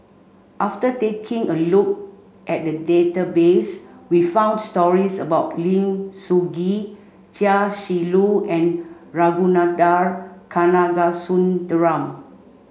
after taking a look at the database we found stories about Lim Soo Ngee Chia Shi Lu and Ragunathar Kanagasuntheram